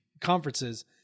conferences